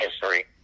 history